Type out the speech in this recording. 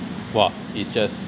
!wah! it's just